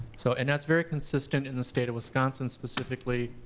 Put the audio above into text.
so and that's very consistent in the state of wisconsin, specifically.